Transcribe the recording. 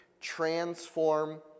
transform